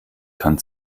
kann